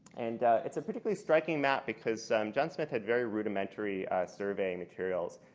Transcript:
and it's a particularly striking map because john smith had very rudimentary survey materials.